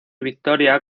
victoria